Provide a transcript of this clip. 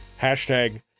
Hashtag